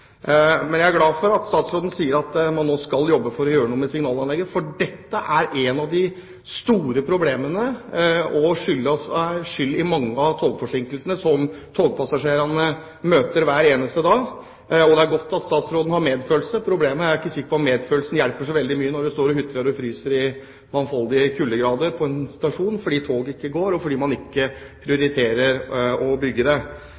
Men jeg er glad for at statsråden sier at man nå skal jobbe for å gjøre noe med signalanlegget, for dette er et av de store problemene og er skyld i mange av togforsinkelsene som togpassasjerene møter hver eneste dag. Det er godt at statsråden har medfølelse, men jeg er ikke sikker på om medfølelse hjelper så veldig mye når man står og hutrer og fryser i mangfoldige kuldegrader på en stasjon fordi toget ikke går, og fordi man ikke prioriterer å bygge